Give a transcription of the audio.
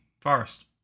Forest